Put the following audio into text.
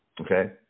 Okay